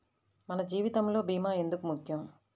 మన జీవితములో భీమా ఎందుకు ముఖ్యం?